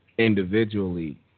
individually